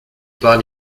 pas